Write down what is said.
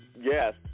Yes